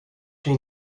sig